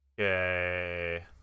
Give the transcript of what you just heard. Okay